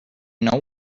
know